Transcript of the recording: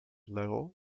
level